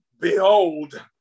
Behold